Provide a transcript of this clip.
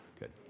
good